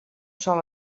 sol